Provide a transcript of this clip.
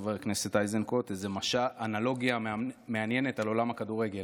חבר הכנסת איזנקוט איזה אנלוגיה מעניינת על עולם הכדורגל.